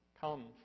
Come